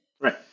Right